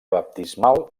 baptismal